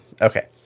Okay